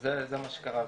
זה מה שקרה.